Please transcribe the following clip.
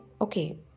okay